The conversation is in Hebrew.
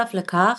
בנוסף לכך,